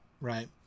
right